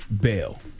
bail